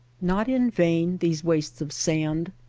not in vain these wastes of sand.